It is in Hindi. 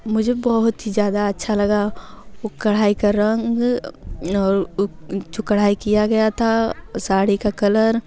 मुझे बहुत ही ज़्यादा अच्छा लगा वो कढ़ाई का रंग और जो कढ़ाई किया गया था साड़ी का कलर